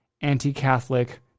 anti-Catholic